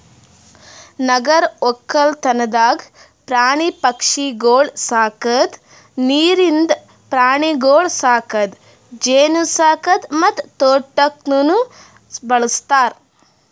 ನಗರ ಒಕ್ಕಲ್ತನದಾಗ್ ಪ್ರಾಣಿ ಪಕ್ಷಿಗೊಳ್ ಸಾಕದ್, ನೀರಿಂದ ಪ್ರಾಣಿಗೊಳ್ ಸಾಕದ್, ಜೇನು ಸಾಕದ್ ಮತ್ತ ತೋಟಕ್ನ್ನೂ ಬಳ್ಸತಾರ್